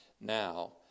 now